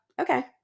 okay